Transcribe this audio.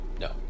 No